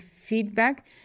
feedback